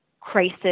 crisis